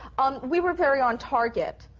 um we were very on target.